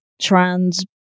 trans